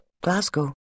Glasgow